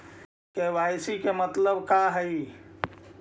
KYC के मतलब का हई?